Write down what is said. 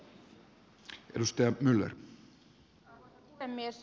arvoisa puhemies